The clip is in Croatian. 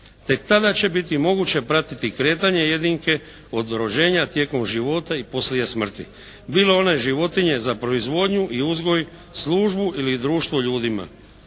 Tek tada će biti moguće pratiti kretanje jedinke od rođenja, tijekom života i poslije smrti bilo one životinje za proizvodnju i uzgoj, službu ili društvo ljudima.